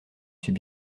suis